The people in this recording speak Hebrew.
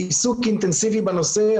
עיסוק אינטנסיבי בנושא.